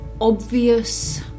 obvious